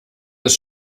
ist